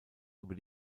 über